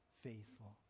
Faithful